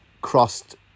crossed